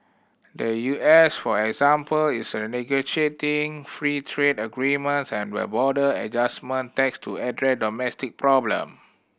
the U S for example is renegotiating free trade agreements and the border adjustment tax to address domestic problem